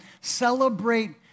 Celebrate